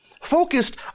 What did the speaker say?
focused